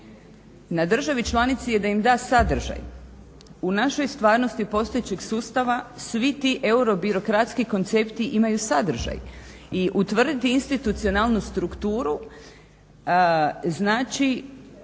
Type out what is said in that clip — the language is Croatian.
Na državi članici je da im da sadržaj. U našoj stvarnosti postojećeg sustava, svi ti euro birokratski koncepti imaju sadržaj. I utvrditi institucionalnu strukturu znači